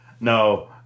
No